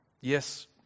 Yes